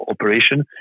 operation